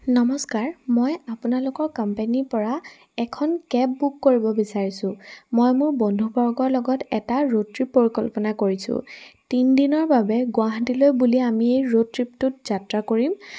নমস্কাৰ মই আপোনালোকৰ কম্পেনীৰপৰা এখন কেব বুক কৰিব বিচাৰিছোঁ মই মোৰ বন্ধুবৰ্গৰ লগত এটা ৰদ ট্ৰিপ পৰিকল্পনা কৰিছোঁ তিনি দিনৰ বাবে গুৱাহাটীলৈ বুলি আমি এই ৰদ ট্ৰিপটোত যাত্ৰা কৰিম